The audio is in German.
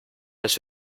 dass